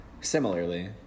similarly